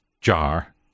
jar